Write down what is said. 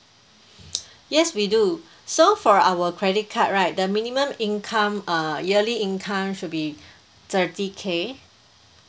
yes we do so for our credit card right the minimum income uh yearly income should be thirty K